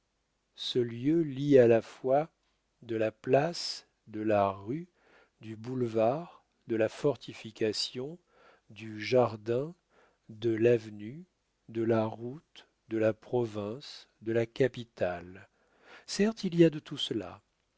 ce lieu tient à la fois de la place de la rue du boulevard de la fortification du jardin de l'avenue de la route de la province de la capitale certes il y a de tout cela